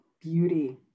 beauty